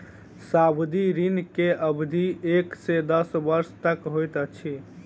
सावधि ऋण के अवधि एक से दस वर्ष तक होइत अछि